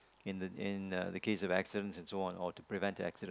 in the in the case of accidents it's all and all to prevent an accident